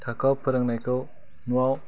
थाखोआव फोरोंनायखौ नआव